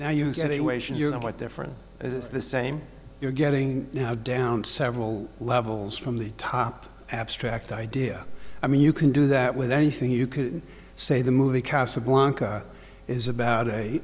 now you say they way should you know what difference it is the same you're getting now down several levels from the top abstract idea i mean you can do that with anything you could say the movie casablanca is about a